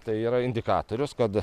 tai yra indikatorius kad